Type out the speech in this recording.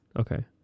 okay